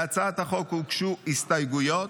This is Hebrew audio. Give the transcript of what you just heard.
להצעת החוק הוגשו הסתייגויות.